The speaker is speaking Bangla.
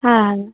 হ্যাঁ